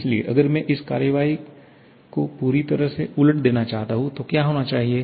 इसलिए अगर मैं इस कार्रवाई को पूरी तरह से उलट देना चाहता हूं तो क्या होना चाहिए